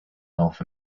north